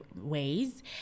ways